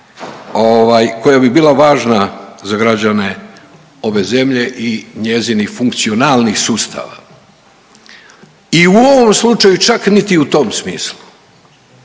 koja bi bila važna za građane ove zemlje i njezinih funkcionalnih sustava. I u ovom slučaju čak niti u tom smislu.